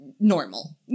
Normal